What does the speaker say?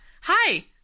hi